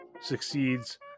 succeeds